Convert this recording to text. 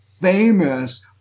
famous